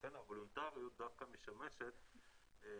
לכן הוולונטריות דווקא משמשת --- בעיניי,